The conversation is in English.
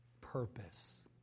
Purpose